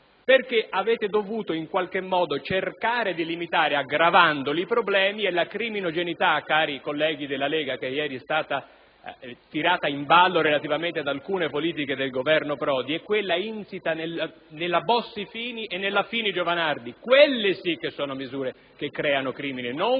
modo avete dovuto cercare di limitare, aggravandoli, i problemi. Infatti, la criminogenità, cari colleghi della Lega, che ieri è stata tirata in ballo relativamente ad alcune politiche del Governo Prodi, è insita nella Bossi-Fini e nella Fini-Giovanardi. Quelle sono misure che creano crimine, non